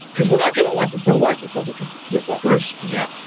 because we're not going to elect a pro-life republican. yeah fucker's. yep.